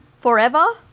forever